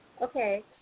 Okay